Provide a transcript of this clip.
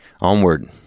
Onward